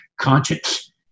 conscience